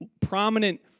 prominent